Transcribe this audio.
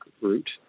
route